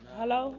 hello